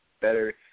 better